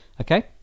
Okay